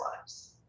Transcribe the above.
lives